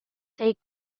take